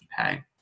Okay